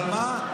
אבל מה?